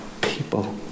people